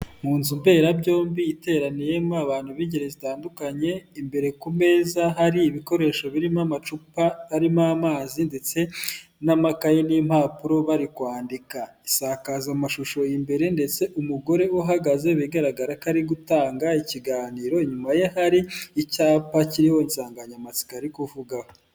Munzu mberabyombi iteraniyemo abantu b'ingeri zitandukanye imbere ku meza hari ibikoresho birimo amacupa arimo amazi ndetse n'amakayi n'impapuro bari kwandika hari insakaza mashusho imbere ndetse umugore uhagaze bigaragara ko ari gutanga ikiganiro inyuma ye hari icyapa kiriho insanganyamatsiko ari kuvugaho.